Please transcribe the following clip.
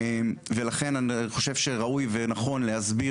ולכן אני חושב שראוי ונכון להסביר